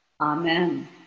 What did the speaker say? Amen